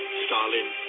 Stalin